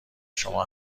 شما